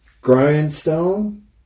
grindstone